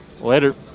Later